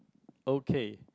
okay